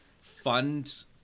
fund